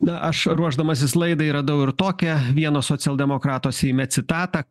na aš ruošdamasis laidai radau ir tokią vieno socialdemokrato seime citatą